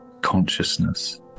consciousness